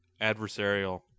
adversarial